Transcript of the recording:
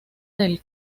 del